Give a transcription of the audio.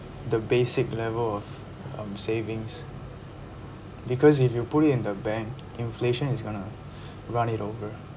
the basic level of um savings because if you put it in the bank inflation is gonna run it over